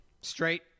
Straight